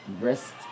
Wrist